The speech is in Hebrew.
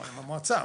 עם המועצה כמובן,